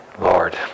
Lord